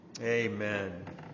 Amen